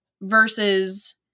versus